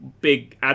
big